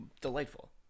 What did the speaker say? delightful